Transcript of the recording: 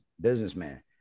businessman